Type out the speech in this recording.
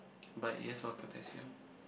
but it has a lot of potassium